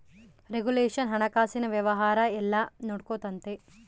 regulation ಹಣಕಾಸಿನ ವ್ಯವಹಾರ ಎಲ್ಲ ನೊಡ್ಕೆಂತತೆ